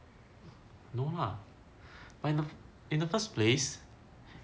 no lah but you know in the first place